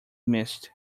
mist